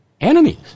enemies